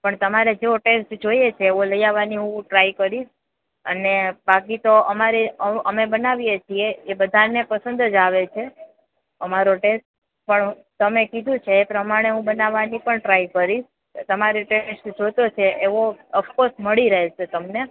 પણ તમારે જેવો ટેન્સ જોઈએ છે એ હું લઈ આવવાની હું ટ્રાય કરીશ અને બાકી તો અમારે અમે બનાવીએ છે એ બધાને પસંદ જ આવે છે અમારો ટેસ્ટ પણ તમે કીધું છે એ પ્રમાણે હું બનાવી પણ ટ્રાય કરીશ તમારે તેને જે જોઈતો છે ઓફ કોર્સ મળી રહેશે તમને